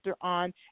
on